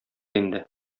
инде